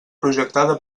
projectada